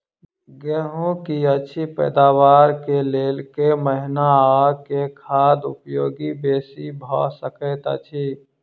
गेंहूँ की अछि पैदावार केँ लेल केँ महीना आ केँ खाद उपयोगी बेसी भऽ सकैत अछि?